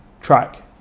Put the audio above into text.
track